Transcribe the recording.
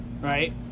Right